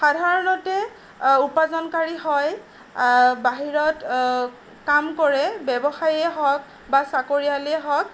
সাধাৰণতে উপাৰ্জনকাৰী হয় বাহিৰত কাম কৰে ব্যৱসায়ীয়েই হওক বা চাকৰিয়ালেই হওক